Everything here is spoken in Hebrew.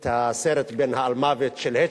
את הסרט בן-האלמוות של היצ'קוק.